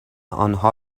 آنها